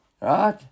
Right